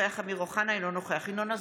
אינו נוכח אמיר אוחנה,